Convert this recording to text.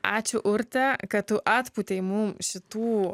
ačiū urte kad tu atpūtei mum šitų